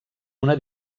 una